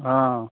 हँ